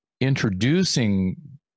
introducing